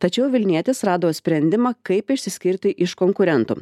tačiau vilnietis rado sprendimą kaip išsiskirti iš konkurentų